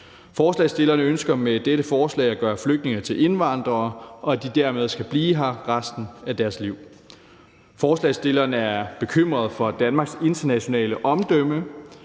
Forslagsstillerne ønsker med dette forslag at gøre flygtninge til indvandrere og dermed, at de skal blive her resten af deres liv. Forslagsstillerne er bekymrede for Danmarks internationale omdømme.